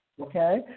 okay